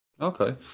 Okay